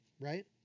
right